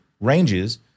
ranges –